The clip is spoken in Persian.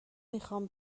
میخوام